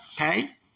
Okay